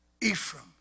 Ephraim